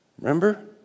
Remember